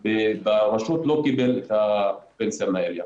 ברשות הוא לא קיבל את הפנסיה מהעירייה.